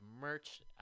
merch